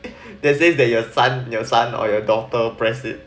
they say that your son your son or your daughter press it